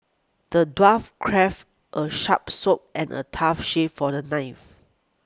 the dwarf crafted a sharp sword and a tough shield for the knight